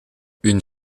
une